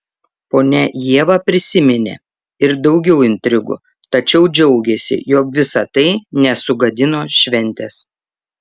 ponia ieva prisiminė ir daugiau intrigų tačiau džiaugėsi jog visa tai nesugadino šventės